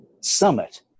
summit